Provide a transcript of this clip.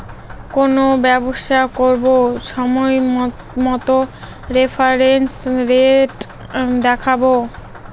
কোনো ব্যবসা করবো সময় মতো রেফারেন্স রেট দেখাবো